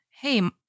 hey